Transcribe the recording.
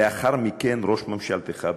לאחר מכן ראש ממשלתך,